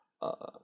err